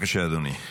אדוני.